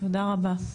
תודה רבה.